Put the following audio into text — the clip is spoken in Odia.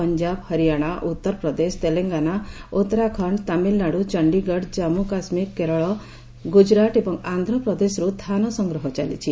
ପଞ୍ଜାବ ହରିଆଣା ଉତ୍ତରପ୍ରଦେଶ ତେଲଙ୍ଗାନା ଉତ୍ତରାଖଣ୍ଡ ତାମିଲନାଡ଼ୁ ଚଣ୍ଡିଗଡ଼ ଜାମ୍ମୁ କାଶ୍ମୀର କେରଳ ଗୁଜରାଟ ଏବଂ ଆନ୍ଧ୍ରପ୍ରଦେଶରୁ ଧାନ ସଂଗ୍ରହ ଚାଲିଛି